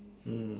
mm